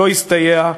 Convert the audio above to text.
לא הסתייע,